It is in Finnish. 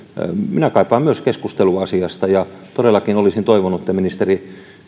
minä kaipaan keskustelua asiasta ja todellakin olisin toivonut että ministeri